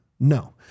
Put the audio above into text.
No